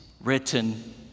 written